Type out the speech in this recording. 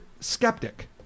Skeptic